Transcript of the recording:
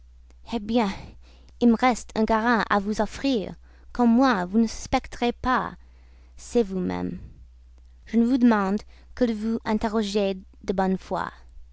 eh bien il me reste un garant à vous offrir qu'au moins vous ne suspecterez pas c'est vous-même je ne vous demande que de vous interroger de bonne foi